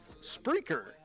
Spreaker